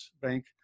Bank